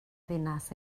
ddinas